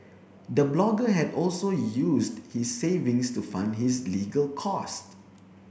the blogger had also used his savings to fund his legal cost